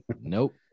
nope